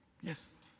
yes